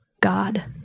God